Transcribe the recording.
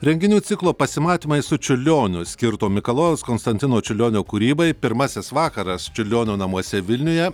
renginių ciklo pasimatymai su čiurlioniu skirto mikalojaus konstantino čiurlionio kūrybai pirmasis vakaras čiurlionio namuose vilniuje